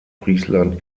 friesland